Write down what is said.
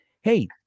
Hey